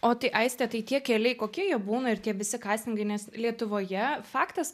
o tai aiste tai tie keliai kokie jie būna ir tie visi kastingai nes lietuvoje faktas